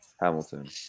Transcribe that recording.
Hamilton